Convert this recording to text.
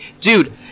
dude